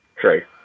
True